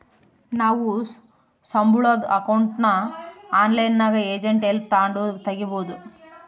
ನಾವು ಸಂಬುಳುದ್ ಅಕೌಂಟ್ನ ಆನ್ಲೈನ್ನಾಗೆ ಏಜೆಂಟ್ ಹೆಲ್ಪ್ ತಾಂಡು ತಗೀಬೋದು